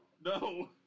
No